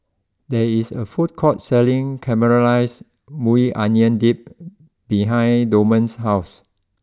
there is a food court selling Caramelized Maui Onion Dip behind Dorman's house